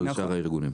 אלא לשאר הארגונים.